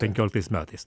penkioliktais metais